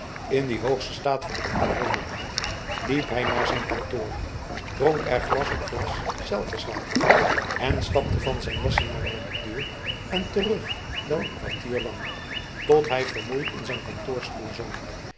in die hoogste staat van opgewondenheid liep hij naar zijn kantoor dronk er glas op glas selterswater en stapte van zijn lessenaar naar de deur en terug wel n kwartier lang tot hij vermoeid in zijn kantoorstoel zonk